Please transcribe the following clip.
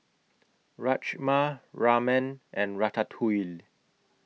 Rajma Ramen and Ratatouille